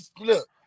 look